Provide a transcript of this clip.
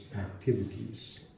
activities